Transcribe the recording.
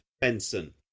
Benson